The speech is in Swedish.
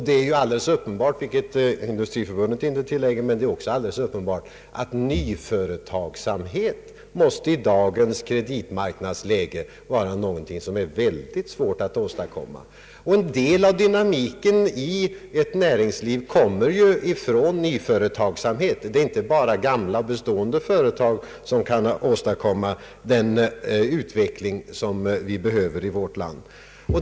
Det är också helt klart — vilket Industriförbundet inte tillägger — att nyföretagsamhet i dagens kreditmarknadsläge måste vara någonting som är ytterst svårt att få till stånd. En del av dynamiken i ett näringsliv kommer ju från nyföretagsamhet; det är inte bara gamla, bestående företag som kan skapa den utveckling vi behöver i vårt land.